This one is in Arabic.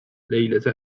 ليلة